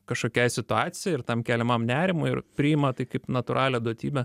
kažkokiai situacijai ir tam keliamam nerimui ir priima tai kaip natūralią duotybę